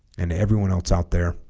and everyone else out there